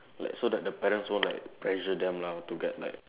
like so that the parents won't like pressure them lah to get like